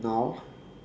now